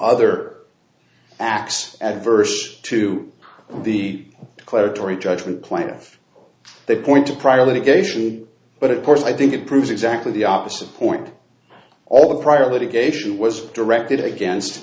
other acts adverse to the clare tory judgement plaintiff they point to prior litigation but of course i think it proves exactly the opposite point all the prior litigation was directed against